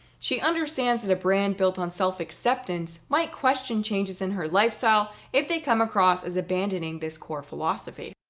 she understands that a brand built on self-acceptance might question changes in her lifestyle if they come across as abandoning this core philosophy.